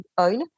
oil